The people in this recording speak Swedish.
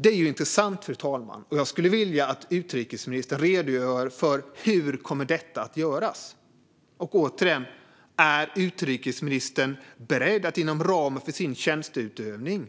Det är ju intressant, fru talman, och jag skulle vilja att utrikesministern redogör för hur detta kommer att göras. Återigen: Är utrikesministern beredd att inom ramen för sin tjänsteutövning